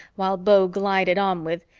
while beau glided on with,